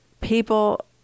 people